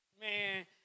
Man